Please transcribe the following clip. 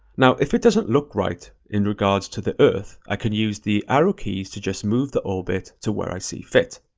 now, if it doesn't look right in regards to the earth, i can use the arrow keys to just move the orbit to where i see fit.